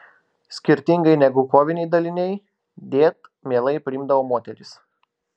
skirtingai negu koviniai daliniai dėt mielai priimdavo moteris